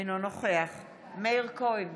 אינו נוכח מאיר כהן,